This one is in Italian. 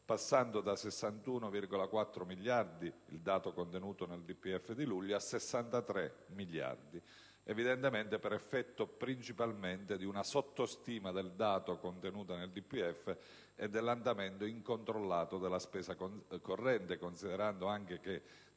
passando da 61,4 miliardi (dato contenuto nel DPEF di luglio) a 63 miliardi. Tutto ciò evidentemente per effetto principalmente di una sottostima del dato contenuto nel DPEF e dell'andamento incontrollato della spesa corrente, considerando anche che